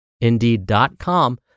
indeed.com